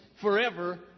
forever